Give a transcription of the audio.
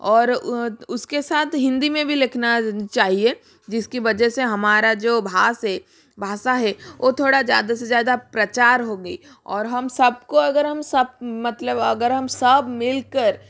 और उसके सात हिन्दी में भी लिखना चाहिए जिसकी वजह से हमारी जो भाषा है भाषा है वो थोड़ा ज़्यादा से ज़्यादा प्रचार होगी और हम सब को अगर हम सब मतलब अगर हम सब मिल कर